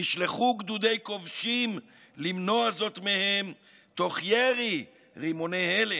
נשלחו גדודי כובשים למנוע זאת מהם תוך ירי רימוני הלם,